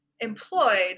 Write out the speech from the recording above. Employed